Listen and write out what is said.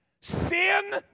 Sin